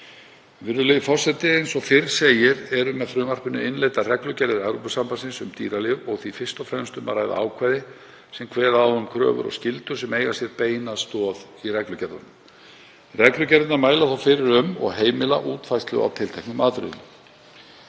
Virðulegi forseti. Eins og fyrr segir eru með frumvarpinu innleiddar reglugerðir Evrópusambandsins um dýralyf og því fyrst og fremst um að ræða ákvæði sem kveða á um kröfur og skyldur sem eiga sér beina stoð í reglugerðunum. Reglugerðirnar mæla þó fyrir um og heimila útfærslu á tilteknum atriðum.